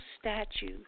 statue